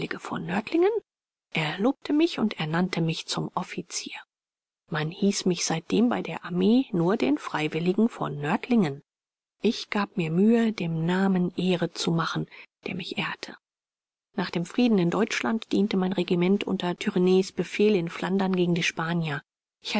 von nördlingen er lobte mich und ernannte mich zum offizier man hieß mich seitdem bei der armee nur den freiwilligen von nördlingen ich gab mir mühe dem namen ehre zu machen der mich ehrte nach dem frieden in deutschland diente mein regiment unter turennes befehl in flandern gegen die spanier